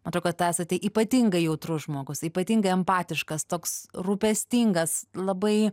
man atrodo kad esate ypatingai jautrus žmogus ypatingai empatiškas toks rūpestingas labai